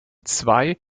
zwei